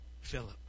Philip